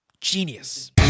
Genius